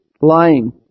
lying